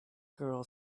girl